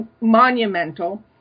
monumental